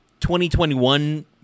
2021